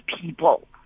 people